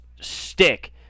stick